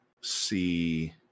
see